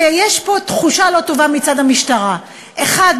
שיש פה תחושה לא טובה מצד המשטרה: האחד,